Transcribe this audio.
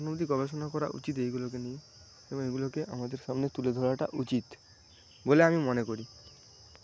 এখনো অব্দি গবেষণা করা উচিৎ এইগুলোকে নিয়ে এবং এইগুলোকে আমাদের সামনে তুলে ধরাটা উচিৎ বলে আমি মনে করি